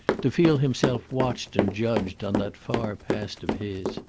to feel himself watched and judged, on that far past of his.